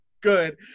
good